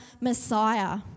Messiah